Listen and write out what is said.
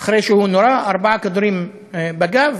אחרי שהוא נורה ארבעה כדורים בגב,